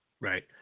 Right